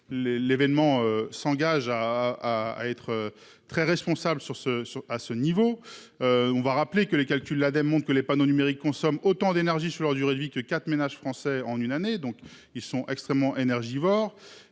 l'événement s'engage à à à être très responsables sur ce saut à ce niveau. On va rappeler que les calculs là, démontre que les panneaux numériques consomme autant d'énergie sur leur durée de vie que 4 ménages français en une année, donc ils sont extrêmement énergivores